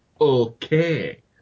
okay